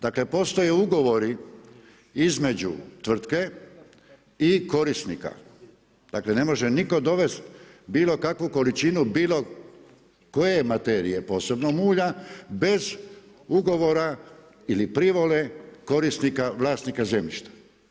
Dakle postoje ugovori između tvrtke i korisnika, dakle ne može niko dovesti bilo kakvu količinu, bilo koje materije, posebno mulja, bez ugovora ili privole korisnika vlasnika zemljišta.